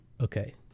okay